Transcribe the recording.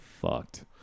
fucked